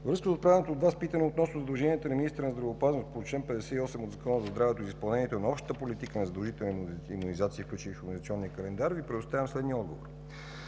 връзка с отправеното от Вас питане относно задълженията на министъра на здравеопазването по чл. 58 от Закона за здравето по изпълнение на общата политика за задължителните имунизации, включени в Имунизационния календар, Ви предоставям следния отговор: